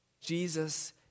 Jesus